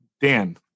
Dan